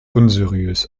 unseriös